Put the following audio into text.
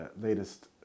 latest